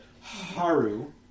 Haru